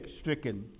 stricken